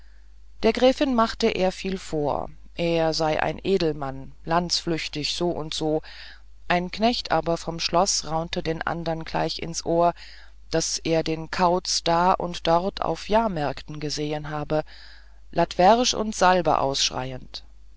der gräfin machte er viel vor er sei ein edelmann landsflüchtig soundso ein knecht aber vom schloß raunte den andern gleich ins ohr daß er den kauzen da und dort auf jahrmärkten gesehen habe latwerg und salben ausschreien